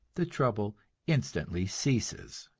the trouble instantly ceases.